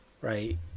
right